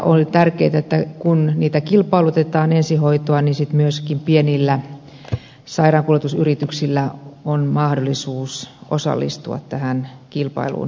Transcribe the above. on tärkeätä että kun ensihoitoa kilpailutetaan niin sitten myöskin pienillä sairaankuljetusyrityksillä on mahdollisuus osallistua tähän kilpailuun mukaan